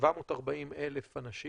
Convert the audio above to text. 740,000 אנשים